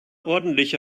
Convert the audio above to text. ordentlich